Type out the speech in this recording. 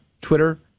Twitter